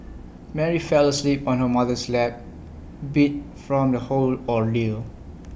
Mary fell asleep on her mother's lap beat from the whole ordeal